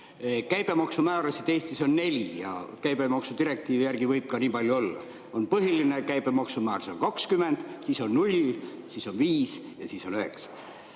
Käibemaksumäärasid on Eestis neli ja käibemaksu direktiivi järgi võib nii palju ka olla. On põhiline käibemaksumäär, see on 20%, siis on 0%, siis on 5% ja siis on 9%.